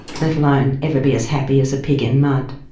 let alone ever be as happy as a pig in mud.